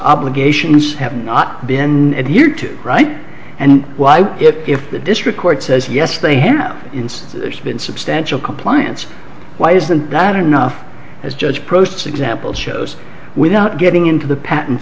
obligations have not been adhered to right and why it if the district court says yes they have now instead there's been substantial compliance why isn't that enough as judge proceed sample shows without getting into the